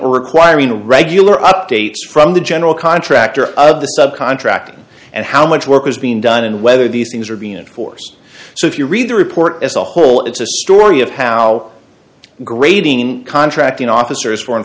requiring the regular updates from the general contractor of the subcontractor and how much work is being done and whether these things are being enforced so if you read the report as a whole it's a story of how grading contracting officers for